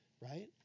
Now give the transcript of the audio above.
right